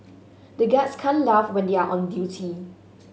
the guards can't laugh when they are on duty